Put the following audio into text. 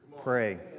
pray